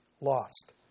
Lost